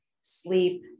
sleep